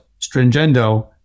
stringendo